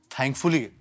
Thankfully